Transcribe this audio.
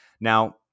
Now